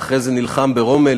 ואחרי זה נלחם ברומל,